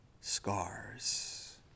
scars